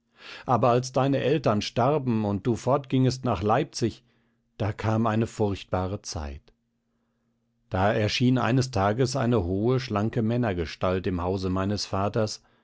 aber als deine eltern starben und du fortgingst nach leipzig da kam eine furchtbare zeit da erschien eines tages eine hohe schlanke männergestalt im hause meines vaters